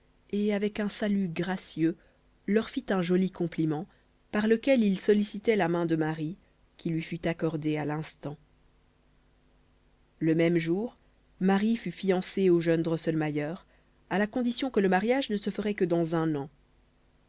et avec un salut gracieux leur fit un joli compliment par lequel il sollicitait la main de marie qui lui fut accordée à l'instant le même jour marie fut fiancée au jeune drosselmayer à la condition que le mariage ne se ferait que dans un an